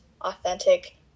authentic